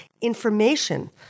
information